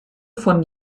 von